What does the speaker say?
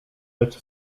lecz